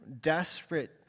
desperate